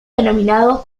denominado